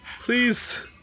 please